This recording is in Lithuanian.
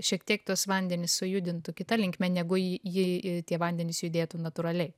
šiek tiek tuos vandenis sujudintų kita linkme negu ji jei tie vandenys judėtų natūraliai